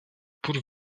por